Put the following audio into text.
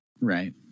Right